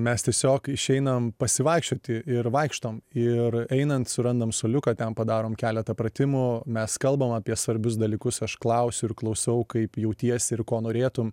mes tiesiog išeinam pasivaikščioti ir vaikštom ir einant surandam suoliuką ten padarom keletą pratimų mes kalbam apie svarbius dalykus aš klausiu ir klausau kaip jautiesi ir ko norėtume